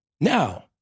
Now